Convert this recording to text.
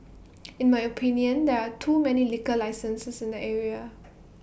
in my opinion there are too many liquor licenses in the area